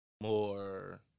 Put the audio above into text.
more